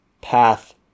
path